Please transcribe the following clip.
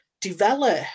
develop